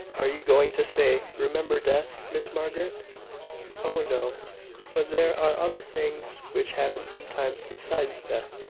are you going to say remember death, miss margaret oh, no but there are other things which happen sometimes besides death.